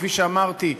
כפי שאמרתי,